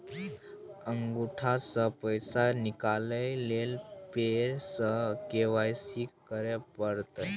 अंगूठा स पैसा निकाले लेल फेर स के.वाई.सी करै परतै?